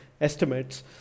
estimates